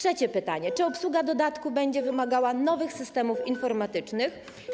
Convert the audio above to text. Kolejne pytania: Czy obsługa dodatku będzie wymagała nowych systemów informatycznych?